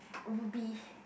Ruby